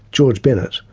george bennett,